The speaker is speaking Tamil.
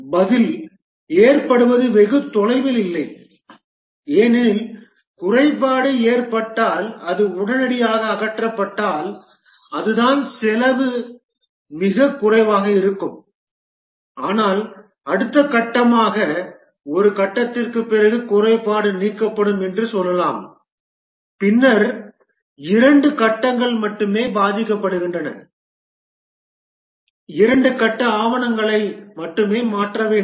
பதில் ஏற்படுவது வெகு தொலைவில் இல்லை ஏனெனில் குறைபாடு ஏற்பட்டால் அது உடனடியாக அகற்றப்பட்டால் அதுதான் செலவு மிகக் குறைவாக இருக்கும் ஆனால் அடுத்த கட்டமாக ஒரு கட்டத்திற்குப் பிறகு குறைபாடு நீக்கப்படும் என்று சொல்லலாம் பின்னர் இரண்டு கட்டங்கள் மட்டுமே பாதிக்கப்படுகின்றன இரண்டு கட்ட ஆவணங்களை மட்டுமே மாற்ற வேண்டும்